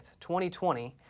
2020